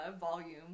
volume